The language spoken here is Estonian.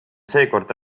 seekord